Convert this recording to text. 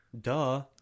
Duh